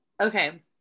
okay